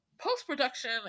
Post-production